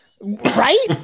Right